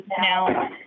now